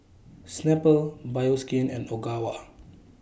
Snapple Bioskin and Ogawa